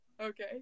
Okay